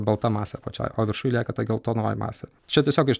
balta masė apačioj o viršuj lieka ta geltonoji masė čia tiesiog iš